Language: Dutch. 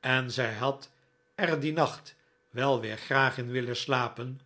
en zij had er dien nacht wel weer graag in willen slapen